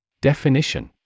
Definition